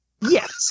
Yes